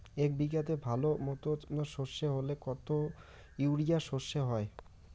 এক বিঘাতে ভালো মতো সর্ষে হলে কত ইউরিয়া সর্ষে হয়?